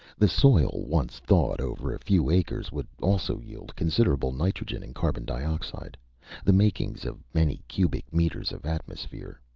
the soil, once thawed over a few acres, would also yield considerable nitrogen and carbon dioxide the makings of many cubic meters of atmosphere.